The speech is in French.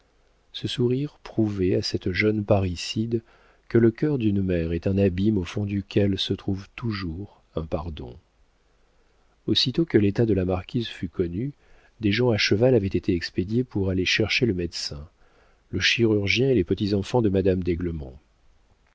ce sourire prouvait à cette jeune parricide que le cœur d'une mère est un abîme au fond duquel se trouve toujours un pardon aussitôt que l'état de la marquise fut connu des gens à cheval avaient été expédiés pour aller chercher le médecin le chirurgien et les petits-enfants de madame